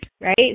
right